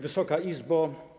Wysoka Izbo!